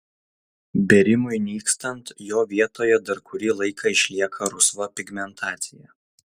bėrimui nykstant jo vietoje dar kurį laiką išlieka rusva pigmentacija